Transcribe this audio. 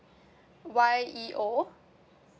Y E O